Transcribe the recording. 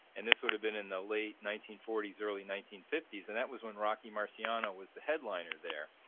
and this would have been in the late nineteen forty s, early nineteen fifty s, and that was when rocky marciano was the headliner there.